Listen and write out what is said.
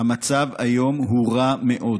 המצב היום הוא רע מאוד.